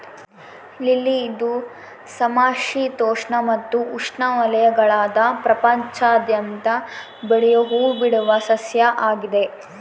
lily ಇದು ಸಮಶೀತೋಷ್ಣ ಮತ್ತು ಉಷ್ಣವಲಯಗುಳಾಗ ಪ್ರಪಂಚಾದ್ಯಂತ ಬೆಳಿಯೋ ಹೂಬಿಡುವ ಸಸ್ಯ ಆಗಿದೆ